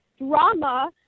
drama